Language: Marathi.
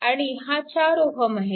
आणि हा 4A आहे